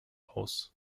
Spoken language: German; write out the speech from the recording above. aus